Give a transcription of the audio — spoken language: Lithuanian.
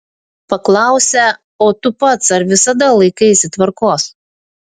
paklausę o tu pats ar visada laikaisi tvarkos